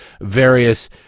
various